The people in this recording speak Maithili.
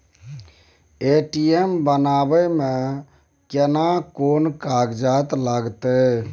ए.टी.एम बनाबै मे केना कोन कागजात लागतै?